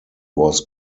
was